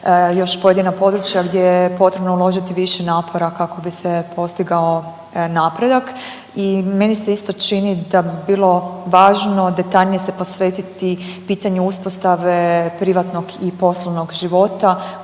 još pojedina područja gdje je potrebno uložiti više napora kako bi se postigao napredak i meni se isto čini da bi bilo važno detaljnije se posvetiti pitanju uspostave privatnog i poslovnog života,